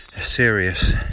serious